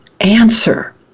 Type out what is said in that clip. answer